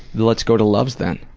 let's go to loves then.